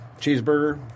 cheeseburger